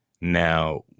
now